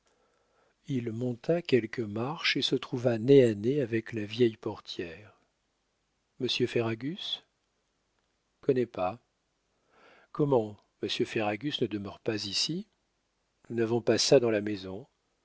il monta quelques marches et se trouva nez à nez avec la vieille portière monsieur ferragus connais pas comment monsieur ferragus ne demeure pas ici nous n'avons pas ça dans la maison